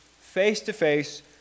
face-to-face